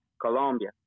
Colombia